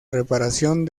reparación